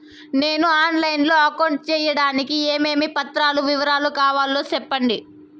On line లో account సేయడానికి ఏమేమి పత్రాల వివరాలు కావాలో సెప్పండి?